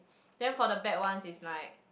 then for the bad one it's like